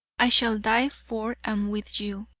i shall die for and with you.